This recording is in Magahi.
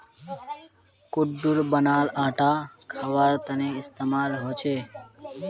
कुट्टूर बनाल आटा खवार तने इस्तेमाल होचे